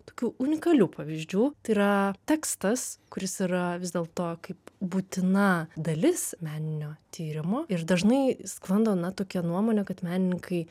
tokių unikalių pavyzdžių tai yra tekstas kuris yra vis dėlto kaip būtina dalis meninio tyrimo ir dažnai sklando na tokia nuomonė kad menininkai